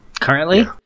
Currently